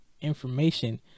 information